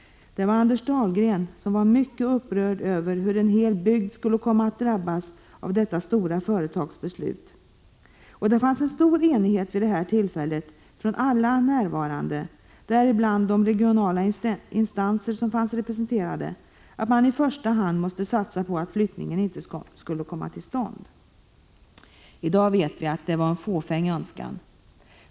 Det var Anders Dahlgren. Han var mycket upprörd över att en hel bygd på det här sättet skulle drabbas av detta stora företags beslut. Alla närvarande — däribland representanter för de kommunala instanserna — var mycket eniga om att man i första hand måste satsa på att flyttningen inte kommer till stånd. I dag vet vi att ansträngningarna var fåfänga.